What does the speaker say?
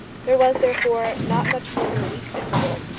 there was, therefore, not much more than a week's interval.